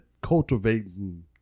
cultivating